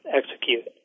execute